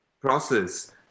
process